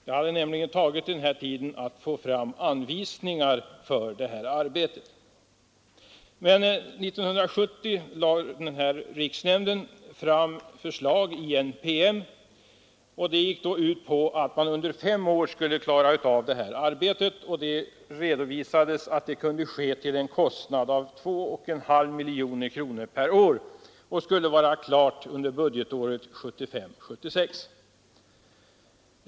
Det hade nämligen tagit den här tiden att få fram anvisningar för arbetet. Men 1970 lade riksnämnden fram ett förslag i en PM, och det gick ut på att man under fem år skulle klara av arbetet. Det redovisades att detta kunde ske till en kostnad av 2,5 miljoner kronor per år, och arbetet skulle vara klart under budgetåret 1975/76.